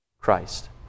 Christ